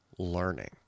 learning